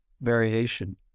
variation